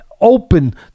open